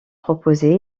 proposée